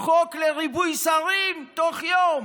חוק לריבוי שרים, תוך יום,